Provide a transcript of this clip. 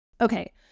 Okay